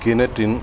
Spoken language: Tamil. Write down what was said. கிணற்றின்